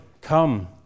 come